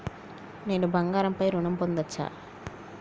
నేను బంగారం పై ఋణం పొందచ్చా?